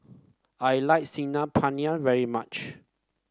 I like Saag Paneer very much